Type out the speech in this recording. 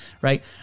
right